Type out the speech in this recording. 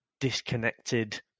disconnected